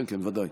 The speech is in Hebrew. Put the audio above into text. כן, כן, ודאי.